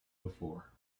before